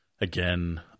again